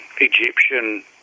Egyptian